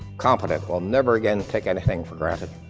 competent, we'll never again take anything for granted.